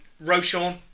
Roshan